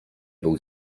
był